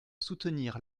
soutenir